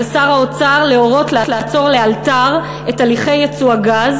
על שר האוצר להורות לעצור לאלתר את הליכי ייצוא הגז